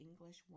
English